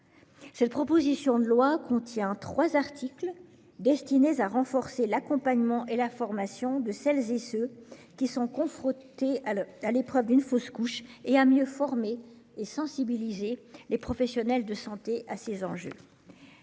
Cette proposition de loi contient trois articles destinés à renforcer l'accompagnement et l'information de celles et ceux qui sont confrontés à l'épreuve d'une fausse couche, et à mieux former et sensibiliser les professionnels de santé à ces enjeux.